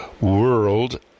world